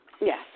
Yes